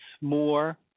more